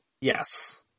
Yes